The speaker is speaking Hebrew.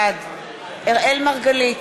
בעד אראל מרגלית,